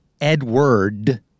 Edward